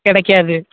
கிடைக்காது